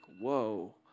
whoa